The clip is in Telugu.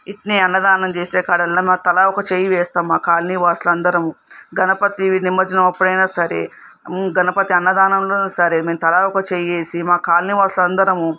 ఇట్నే అన్నదానం చేసేకాడల్ల తలా ఒక చేయి వేస్తాము మా కాలనీ వాసులందరము గణపతి నిమర్జనం అప్పుడైనా సరే గణపతి అన్నదానంలో సరే తలా ఒక చేయి వేసి మా కాలనీ వాసులందరము